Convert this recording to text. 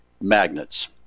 magnets